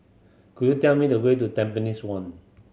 could you tell me the way to Tampines One